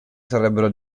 sarebbero